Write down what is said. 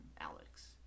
Alex